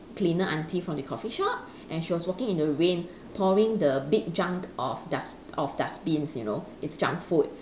cleaner aunty from the coffee shop and she was walking in the rain pouring the big junk of dust of dustbins you know it's junk food